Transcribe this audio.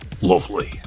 lovely